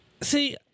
See